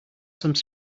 some